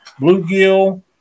Bluegill